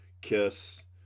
Kiss